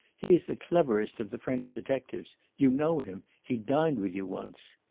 he is the cleverest of the french detectives. you know him. he dined with you once.